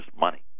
money